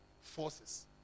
forces